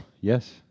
yes